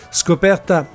scoperta